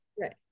right